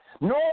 No